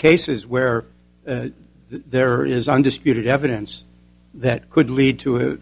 cases where there is undisputed evidence that could lead to